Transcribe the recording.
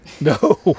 No